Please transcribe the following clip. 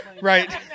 right